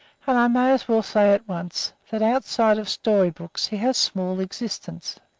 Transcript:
and i may as well say at once that outside of story-books he has small existence.